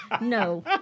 no